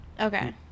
Okay